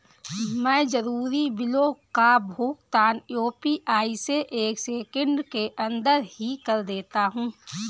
मैं जरूरी बिलों का भुगतान यू.पी.आई से एक सेकेंड के अंदर ही कर देता हूं